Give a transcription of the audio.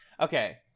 Okay